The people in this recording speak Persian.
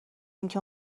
اینکه